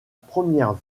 première